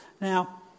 Now